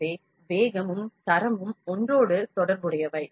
எனவே வேகமும் தரமும் ஒன்றோடொன்று தொடர்புடையவை